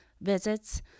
visits